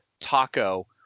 taco